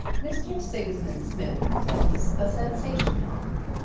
mr. sigismund smith was a sensation author.